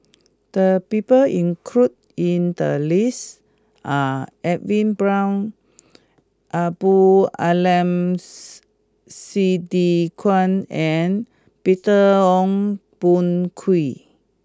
the people included in the list are Edwin Brown Abdul Aleem Siddique and Peter Ong Boon Kwee